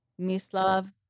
Mislav